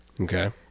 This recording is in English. okay